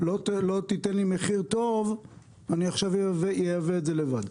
לא תיתן לי מחיר טוב אני עכשיו אייבא את זה לבד.